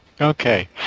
Okay